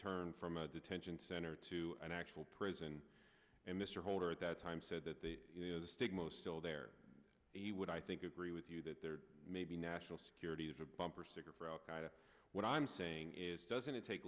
turn from a detention center to an actual prison and mr holder at that time said that the you know the stigma still there would i think agree with you that there may be national security is a bumper sticker for outside of what i'm saying is doesn't it take